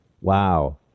Wow